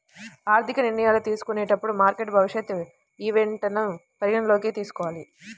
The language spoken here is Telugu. ఆర్థిక నిర్ణయాలు తీసుకునేటప్పుడు మార్కెట్ భవిష్యత్ ఈవెంట్లను పరిగణనలోకి తీసుకోవాలి